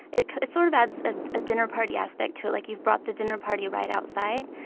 it it sort of adds a dinner party aspect to it, like you've brought the dinner party right outside.